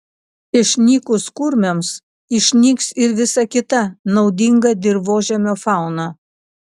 išnykus kurmiams išnyks ir visa kita naudinga dirvožemio fauna